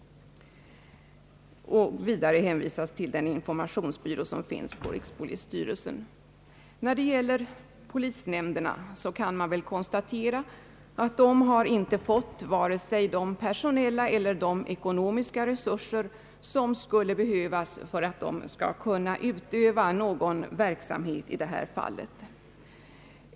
Vidare hänvisas till den informationsbyrå som finns hos rikspolisstyrelsen. Emellertid kan man väl konstatera att polisnämnderna inte fått vare sig de personella eller ekonomiska resurser som skulle behövas för att utöva någon verksamhet i det här fallet.